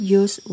use